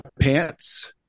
pants